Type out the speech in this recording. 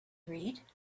read